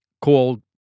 called